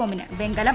കോമിന് വെങ്കലം